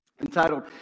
entitled